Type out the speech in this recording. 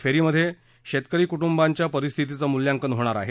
फेरीमध्ये शेतकरी कुटूंबांच्या परिस्थितीचं मुल्यांकन होणार आहे